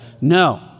no